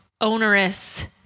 onerous